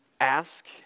ask